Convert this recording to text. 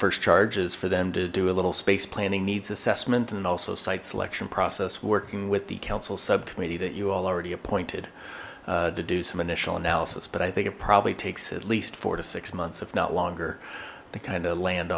first charges for them to do a little space planning needs assessment and also site selection process working with the council subcommittee that you all already appointed to do some initial analysis but i think it probably takes at least four to six months if not longer they kind of land